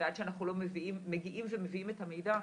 עד שאנחנו לא מגיעים ומביאים את המידע,